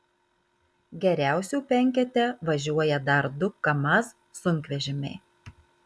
geriausių penkete važiuoja dar du kamaz sunkvežimiai